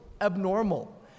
abnormal